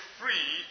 free